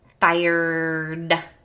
Fired